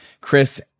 Chris